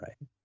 right